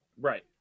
Right